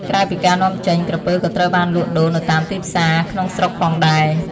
ក្រៅពីការនាំចេញ ក្រពើក៏ត្រូវបានលក់ដូរនៅតាមទីផ្សារក្នុងស្រុកផងដែរ។